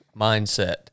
Mindset